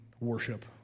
worship